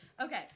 Okay